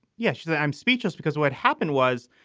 yes, that i'm speechless because what happened was,